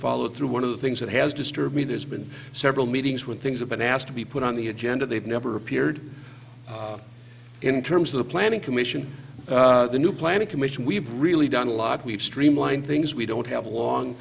followed through one of the things that has disturbed me there's been several meetings when things have been asked to be put on the agenda they've never appeared in terms of the planning commission the new planning commission we've really done a lot we've streamlined things we don't have along